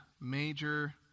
major